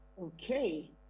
Okay